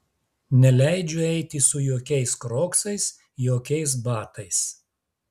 neleidžiu eiti su jokiais kroksais jokiais batais